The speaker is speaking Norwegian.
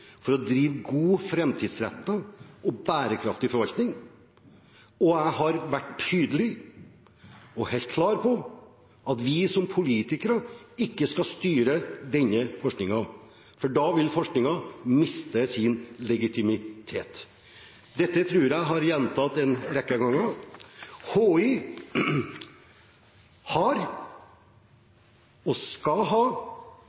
for å drive god, framtidsrettet og bærekraftig forvaltning, og jeg har vært tydelig og helt klar på at vi som politikere ikke skal styre denne forskningen, for da vil forskningen miste sin legitimitet. Dette tror jeg at jeg har gjentatt en rekke ganger. HI har og skal ha